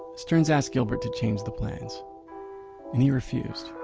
sterns asked gilbert to change the plans and he refused.